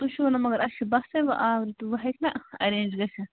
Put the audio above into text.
تُہۍ چھِو ونان مگر اَسہِ چھ بَسے وۅنۍ آورِ تہٕ وۅنۍ ہیٚکہِ نہ اَرینٛج گٔژھِتھ